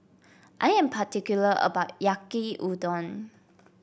I am particular about my Yaki Udon